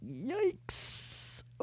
yikes